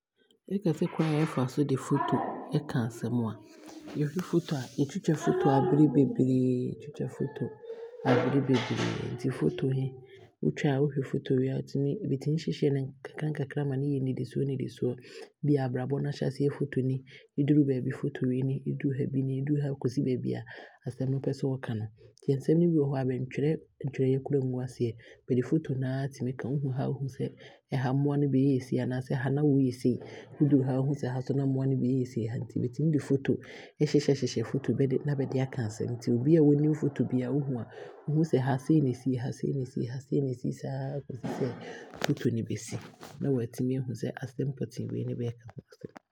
Yɛka sɛ kwane a yɛfa so de foto ɛka asem a, yɛhwɛ foto a, Yɛtwitwa foto abere beberee, Yɛtwitwa foto abere beberee, foto he wotwa a, wohwɛ foto wei a yɛtumi, wotumi bɛtumi hyehyɛ no nkakra nkakra ma no yɛ nnidisoɔ nnidisoɔ. Bia, abrabɔ no ahyɛaseɛ foto nie, ɛduru baabi foto wei ni, ɛduru ha bi no, ɛduru ha sei saa kɔsi baabi abasem no wopɛsɛ wo ka no, nti nsɛm no bi wɔ hɔ a bɛntwerɛ ntwerɛeɛ koraa nngu aseɛ. Bɛde foto no aa tumi ka, wo hu ha, wo hu sɛ mmoa no bɛɛyɛ sei, anaasɛ ha na wooyɛ sei, woduru ha a, ɛha nso na mmoa no bɛɛyɛ sei, nti bɛtumi de foto ɛhyehyɛ hyehyɛ foto bi mu de, na bɛde aaka asɛm. Biaa ɔnim foto biaa ɔhu a, ɔhu sɛ ha sei na ɛsiieɛ, ha sei na ɛsiieɛ, ha sei na ɛsiieɛ, saa kɔsi sɛ foto no bɛsi na waatumi aahu sɛ asɛm pɔtee wei ne ɛbɛka ho asɛm.